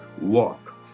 walk